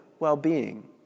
well-being